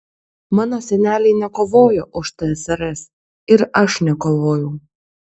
mano seneliai nekovojo už tsrs ir aš nekovojau